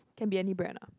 can be any brand ah